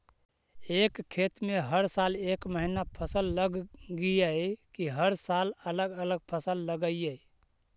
एक खेत में हर साल एक महिना फसल लगगियै कि हर साल अलग अलग फसल लगियै?